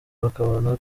bakabona